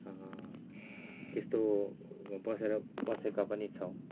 त्यस्तो बसेर बसेका पनि छौंँ